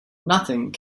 nothing